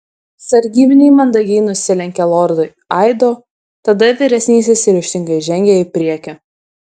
sargybiniai mandagiai nusilenkė lordui aido tada vyresnysis ryžtingai žengė į priekį